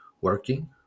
working